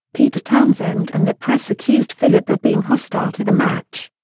peter townsend and the press accused philip of being hostile to the match.